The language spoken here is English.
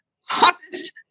hottest